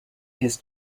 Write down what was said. his